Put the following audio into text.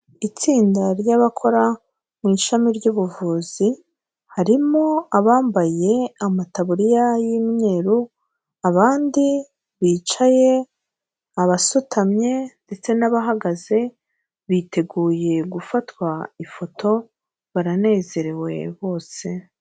Itsinda ry'abakora mu ishami ry'ubuvuzi harimo abambaye amataburiya y'umweruru, abandi bicaye, abasutamye ndetse n'abahagaze biteguye gufata ifoto baranezerewe bose.